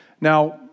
Now